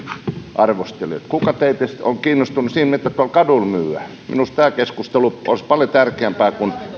arvostelijat kuka teistä on kiinnostunut siitä että tuolla kadulla myydään minusta tämä keskustelu olisi paljon tärkeämpää kuin